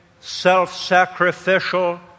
self-sacrificial